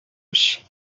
биш